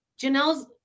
Janelle's